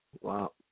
Wow